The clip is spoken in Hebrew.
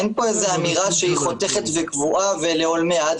אין פה אמירה שהיא חותכת ולעולמי עד.